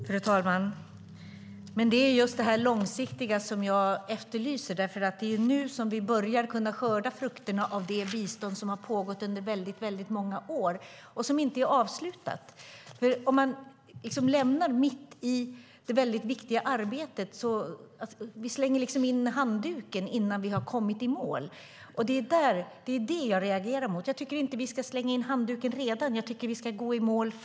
Fru talman! Det är just det långsiktiga som jag efterlyser. Det är nu som vi börjar kunna skörda frukterna av det bistånd som har pågått under många år och som inte är avslutat. Det som jag reagerar mot är om vi lämnar detta mitt i det viktiga arbetet och slänger in handduken innan vi har kommit i mål. Jag tycker inte att vi redan ska slänga in handduken, utan jag tycker att vi först ska gå i mål.